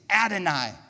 Adonai